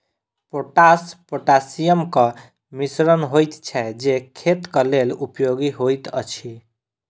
potash पोटासियमक मिश्रण होइत छै जे खेतक लेल उपयोगी होइत अछि